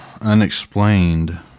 unexplained